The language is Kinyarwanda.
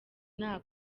nta